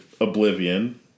Oblivion